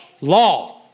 Law